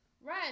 Right